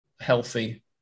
healthy